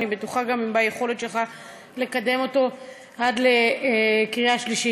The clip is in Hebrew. אני בטוחה גם ביכולת שלך לקדם אותו עד לקריאה שלישית.